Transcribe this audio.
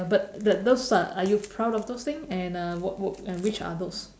but but those are are you proud of those thing and uh what work and which are those